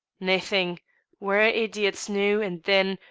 naething we're a' idiots noo and then,